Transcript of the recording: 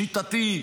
שיטתי,